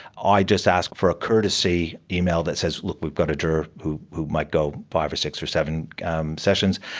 i just ask for a courtesy email that says, look, we've got a juror who who might go five or six or seven sessions,